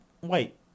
wait